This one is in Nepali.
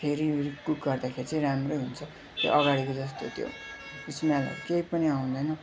फेरि रि कुक गर्दाखेरि चाहिँ राम्रै हुन्छ अगाडिको जस्तो त्यो स्मेलहरू केही पनि आउँदैन